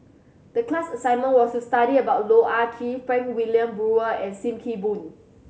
the class assignment was to study about Loh Ah Chee Frank Wilmin Brewer and Sim Kee Boon